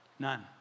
none